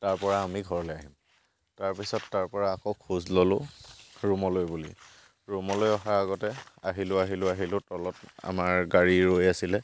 তাৰপৰা আমি ঘৰলে আহিম তাৰপিছত তাৰপৰা আকৌ খোজ ল'লোঁ ৰূমলৈ বুলি ৰূমলৈ অহা আগতে আহিলোঁ আহিলোঁ আহিলোঁ তলত আমাৰ গাড়ী ৰৈ আছিলে